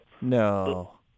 No